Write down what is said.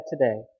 today